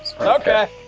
Okay